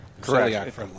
Correct